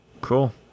Cool